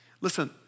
Listen